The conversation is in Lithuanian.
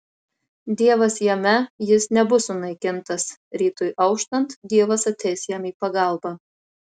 dievas jame jis nebus sunaikintas rytui auštant dievas ateis jam į pagalbą